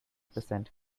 percent